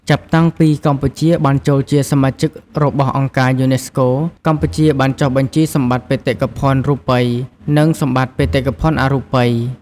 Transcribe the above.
ចាប់តាំងពីកម្ពុជាបានចូលជាសមាជិករបស់អង្គការយូណេស្កូ កម្ពុជាបានចុះបញ្ជីសម្បតិ្តបេតិកភណ្ឌរូបី និងសម្បត្តិបេតិកភណ្ឌអរូបី។